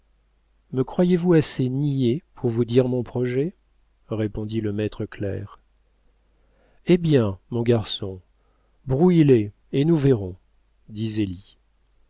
me croyez-vous assez niais pour vous dire mon projet répondit le maître clerc eh bien mon garçon brouille les et nous verrons